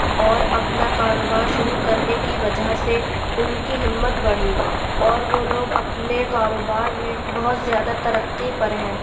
اور اپنا کاروبار شروع کرنے کی وجہ سے ان کی ہمت بڑھی اور وہ لوگ اپنے کاروبار میں بہت زیادہ ترقی پر ہیں